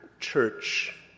church